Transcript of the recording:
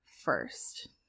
first